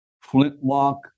Flintlock